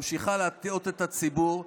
ממשיכה להטעות את הציבור,